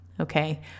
Okay